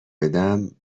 بدم